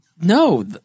No